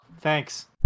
thanks